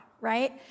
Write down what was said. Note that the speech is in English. right